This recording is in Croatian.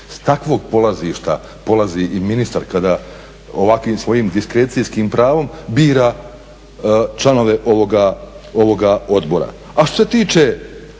takvog polazišta polazi i ministar kada ovakvim svojim diskrecijskim pravom bira članove ovoga odbora.